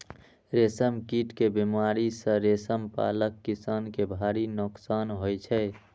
रेशम कीट के बीमारी सं रेशम पालक किसान कें भारी नोकसान होइ छै